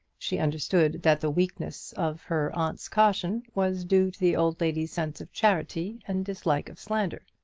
she understood that the weakness of her aunt's caution was due to the old lady's sense of charity and dislike of slander.